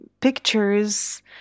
pictures